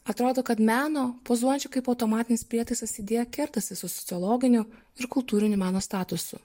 atrodo kad meno pozuojančio kaip automatinis prietaisas idėja kertasi su sociologiniu ir kultūriniu meno statusu